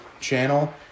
channel